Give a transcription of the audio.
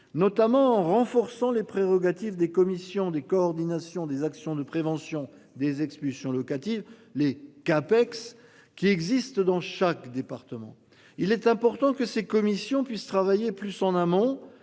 notamment en renforçant les prérogatives des commissions des coordination des actions de prévention des expulsions locatives. Les CAPEX qui existe dans chaque département, il est important que ces commissions puissent travailler plus en amont.